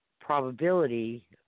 probability